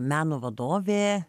meno vadovė